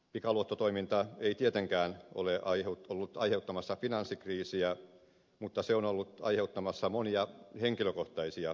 pikaluottotoiminta ei tietenkään ole ollut aiheuttamassa finanssikriisiä mutta se on ollut aiheuttamassa monia henkilökohtaisia kriisejä